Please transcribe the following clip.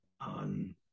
on